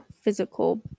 physical